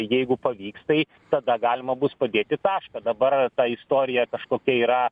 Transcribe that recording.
jeigu pavyks tai tada galima bus padėti tašką dabar ar ta istorija kažkokia yra